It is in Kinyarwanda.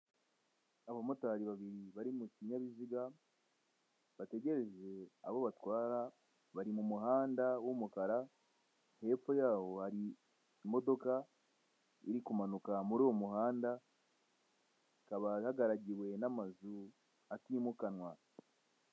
Abamotari babiri bari mu kinyabiziga, bategereje abo batwara, bari mu muhanda w'umukara, hepfo yawo hari imodoka iri kumanuka muri uwo muhanda, hakaba hagaragiwe n'amazu atimukanwa.